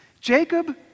Jacob